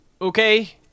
Okay